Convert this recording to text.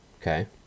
Okay